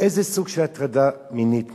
באיזה סוג של הטרדה מינית מדובר.